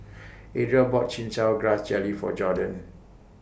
Adriel bought Chin Chow Grass Jelly For Jorden